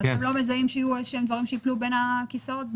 אתם לא מזהים שיהיו דברים שיפלו בין הכיסאות,